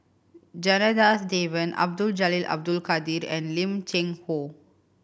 Janadas Devan Abdul Jalil Abdul Kadir and Lim Cheng Hoe